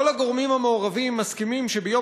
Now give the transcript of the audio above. "כל הגורמים המעורבים מסכימים שביום